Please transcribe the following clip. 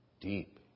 Deep